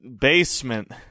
basement